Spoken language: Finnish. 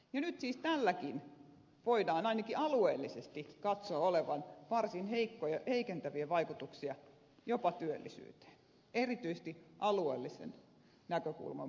nyt siis tälläkin voidaan ainakin alueellisesti katsoa olevan varsin heikentäviä vaikutuksia jopa työllisyyteen erityisesti alueellisen näkökulman puolelta